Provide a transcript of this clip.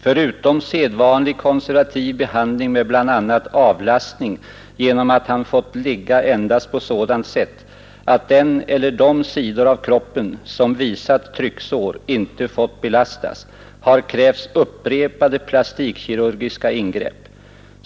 Förutom sedvanlig konservativ behandling med bl.a. avlastning genom att han fått ligga endast på sådant sätt att den eller de sidor av kroppen som visat trycksår inte fått belastas, har krävts upprepade plastikkirurgiska ingrepp.